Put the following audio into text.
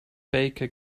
baker